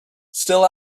still